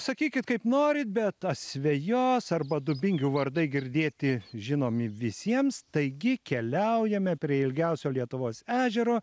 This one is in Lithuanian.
sakykit kaip norit bet asvejos arba dubingių vardai girdėti žinomi visiems taigi keliaujame prie ilgiausio lietuvos ežero